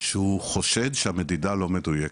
שהוא חושד שהמדידה לא מדויקת,